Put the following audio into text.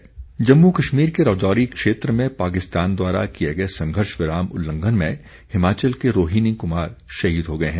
शहीद जम्मू कश्मीर के राजौरी क्षेत्र में पाकिस्तान द्वारा किए गए संघर्ष विराम उल्लंघन में हिमाचल के रोहिन कुमार शहीद हो गए हैं